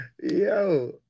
yo